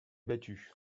battue